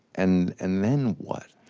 and and then what?